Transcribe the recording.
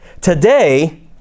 Today